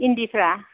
इन्दिफ्रा